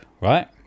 right